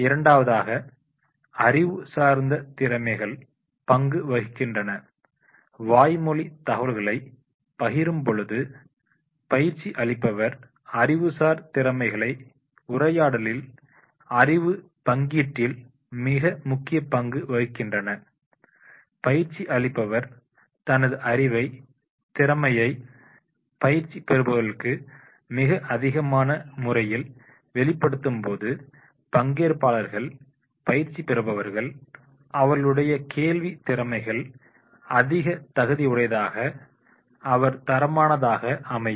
இரண்டாவதாக அறிவு சார்ந்த திறமைகள் பங்கு வகிக்கின்றன வாய்மொழி தகவல்களை பகிரும்போது பயிற்சி அளிப்பவர் அறிவுசார் திறமைகள் உரையாடலில் அறிவு பங்கீட்டில் மிக முக்கிய பங்கு வகிக்கின்றன பயிற்சி அளிப்பவர் தனது அறிவை திறமையை பயிற்சி பெறுபவர்களுக்கு மிக அதிகமான முறையில் வெளிப்படுத்தும்போது பங்கேற்பாளர்கள் பயிற்சி பெறுபவர்கள் அவர்களுடைய கேள்வி திறமைகள் அதிக தகுதியுடையதாக உயர் தரமானதாக அமையும்